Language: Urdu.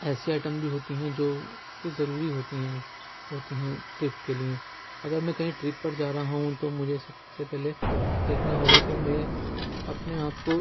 ایسی آیٹم بھی ہوتی ہیں جو کہ ضروری ہوتی ہیں ہوتی ہیں ٹرپ کے لئے اگر میں کہیں ٹرپ پر جا رہا ہوں تو مجھے سب سے پہلے دیکھنا ہوگا کہ میں اپنے آپ کو